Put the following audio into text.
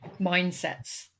mindsets